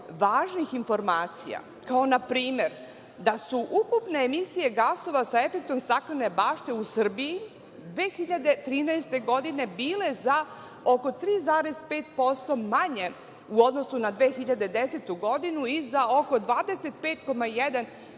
važnih informacija, kao npr. da su ukupne emisije gasova sa efektom staklene bašte u Srbiji 2013. godine bile za oko 3,5% manje u odnosu na 2010. godinu i za oko 25,1%